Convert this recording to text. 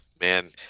man